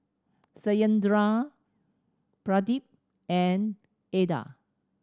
Satyendra Pradip and Atal